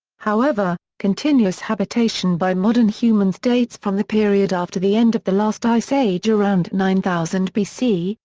however, continuous habitation by modern humans dates from the period after the end of the last ice age around nine thousand bc,